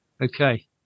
Okay